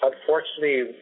unfortunately